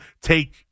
take